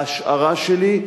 ההשערה שלי,